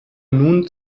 nun